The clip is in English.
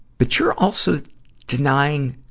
but you're also denying.